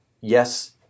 yes